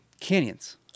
canyons